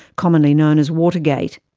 commonly known as watergate.